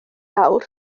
nawr